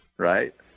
right